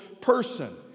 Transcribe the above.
person